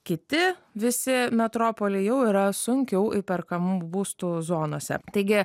kiti visi metropoliai jau yra sunkiau įperkamų būstų zonose taigi